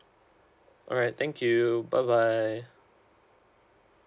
alright thank you bye bye